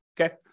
okay